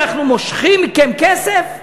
אנחנו מושכים מכם כסף?